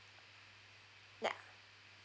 ya